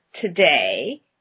today